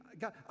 God